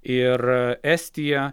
ir estija